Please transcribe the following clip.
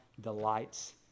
delights